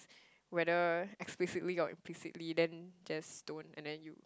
whether explicitly or implicitly then just don't and then you